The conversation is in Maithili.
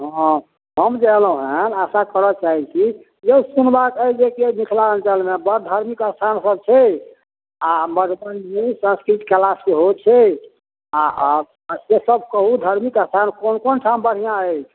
हँ हम जे अएलहुँ हेँ आशा करऽ चाहै छी यौ सुनबाक आएल जे कि मिथिलाञ्चलमे बड़ धार्मिक अस्थान सब छै आओर मधुबनी सँस्कृति कला सेहो छै आओर से सब कहू धार्मिक अस्थान कोन कोन ठाम बढ़िआँ अछि